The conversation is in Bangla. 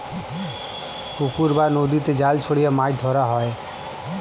পুকুর বা নদীতে জাল ছড়িয়ে মাছ ধরা হয়